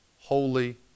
holy